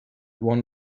one